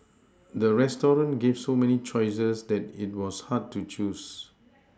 the restaurant gave so many choices that it was hard to choose